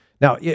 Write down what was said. Now